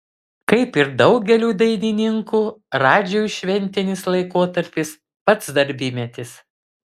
kaip ir daugeliui dainininkų radžiui šventinis laikotarpis pats darbymetis